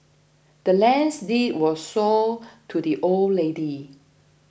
the land's deed was sold to the old lady